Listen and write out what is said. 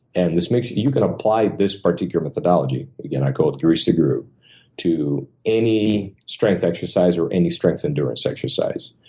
and this makes you can apply this particular methodology again, i call it grease the groove to any strength exercise or any strength endurance exercise.